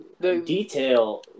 detail